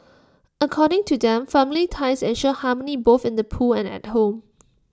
according to them family ties ensure harmony both in the pool and at home